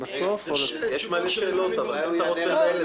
אבל -- אני מנהל את הדיון.